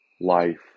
life